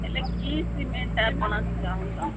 ହେଲେ କି ସିମେଣ୍ଟ ଆପଣ ଚହୁଁଛନ୍ତି